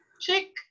chick